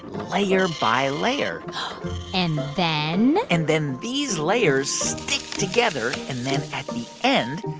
layer by layer and then. and then these layers stick together. and then at the end,